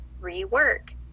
rework